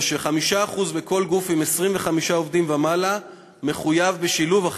בגרמניה כל גוף עם 25 עובדים ומעלה מחויב בשילוב של 5%,